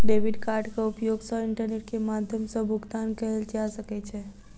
debit कार्डक उपयोग सॅ इंटरनेट के माध्यम सॅ भुगतान कयल जा सकै छै